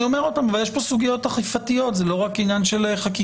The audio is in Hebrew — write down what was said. יש פה סוגיות אכיפתיות, זה לא רק עניין של חקיקה.